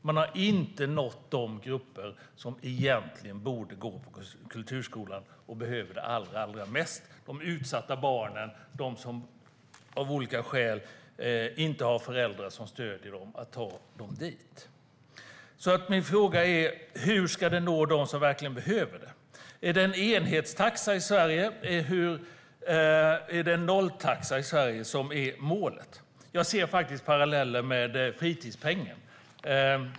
Man har inte nått de grupper som egentligen borde gå i kulturskolan och som behöver den allra mest, nämligen de utsatta barnen och de som av olika skäl inte har föräldrar som stöder dem och tar dem dit. Min fråga är alltså hur detta ska nå dem som verkligen behöver det. Är det en enhetstaxa eller en nolltaxa i Sverige som är målet? Jag ser faktiskt paralleller till fritidspengen.